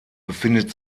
befindet